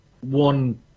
one